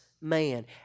man